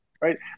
right